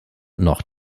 noch